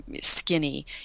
skinny